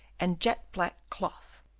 and jet-black cloth,